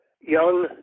young